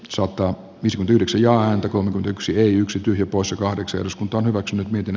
isotooppisin yhdeksän ja antakoon kun yksi yksi poissa kahdeksan eduskunta on hyväksynyt miten